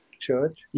church